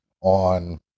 on